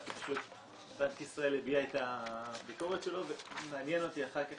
כי בנק ישראל הביע את הביקורת שלו ומעניין אותי אחר כך